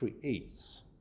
creates